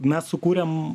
mes sukūrėm